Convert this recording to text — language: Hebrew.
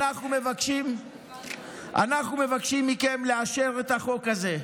אנחנו מבקשים מכם לאשר את החוק הזה,